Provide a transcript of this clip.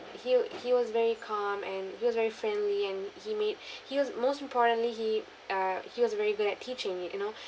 he'll he was very calm and he was very friendly and he made he was most importantly he uh he was very good at teaching you know